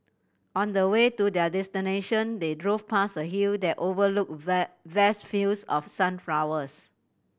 on the way to their destination they drove past a hill that overlooked vast fields of sunflowers